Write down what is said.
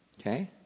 Okay